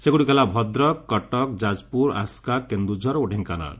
ସେଗ୍ରଡ଼ିକ ହେଲା ଭଦ୍କ କଟକ ଯାକପ୍ର ଆସ୍କା କେନ୍ଦୁଝର ଓ ଢେଙ୍କାନାଳ